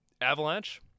Avalanche